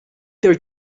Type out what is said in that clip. their